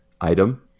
item